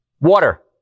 Water